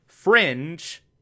Fringe